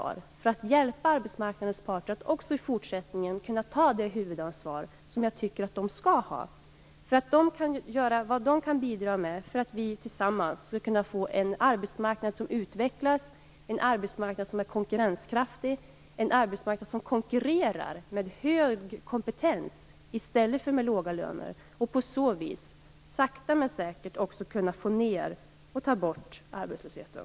Det vill jag göra för att hjälpa arbetsmarknadens parter att också i fortsättningen ta det huvudansvar som jag tycker att de skall ha, så att de kan de bidra till att vi får en arbetsmarknad som utvecklas, är konkurrenskraftig och konkurrerar med hög kompetens i stället för med låga löner. På så vis kan man sakta men säkert också få ned och få bort arbetslösheten.